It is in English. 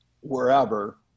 wherever